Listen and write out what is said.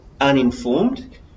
uninformed